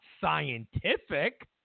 scientific